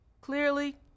Clearly